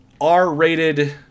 R-rated